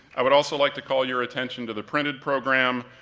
i would also like to call your attention to the printed program,